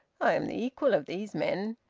i am the equal of these men.